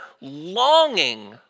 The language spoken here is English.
longing